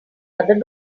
other